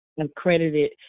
accredited